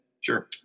sure